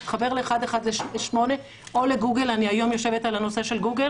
להתחבר ל-118 או ל-גוגל - אני היום יושבת על הנושא של גוגל